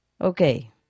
Okay